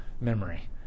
memory